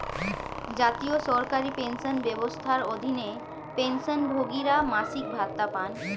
জাতীয় সরকারি পেনশন ব্যবস্থার অধীনে, পেনশনভোগীরা মাসিক ভাতা পান